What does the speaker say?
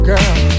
Girl